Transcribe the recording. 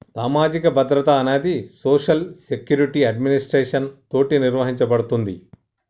సామాజిక భద్రత అనేది సోషల్ సెక్యురిటి అడ్మినిస్ట్రేషన్ తోటి నిర్వహించబడుతుంది